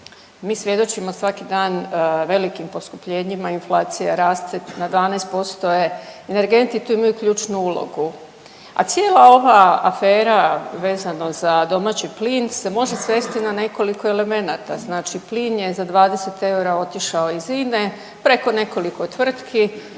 mi svjedočimo svaki dan velikim poskupljenjima, inflacija raste, na 12% je, energenti tu imaju ključnu ulogu, a cijela ova afera vezano za domaći plin se može svesti na nekoliko elemenata. Znači plin je za 20 eura otišao iz INE preko nekoliko tvrtki,